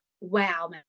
wow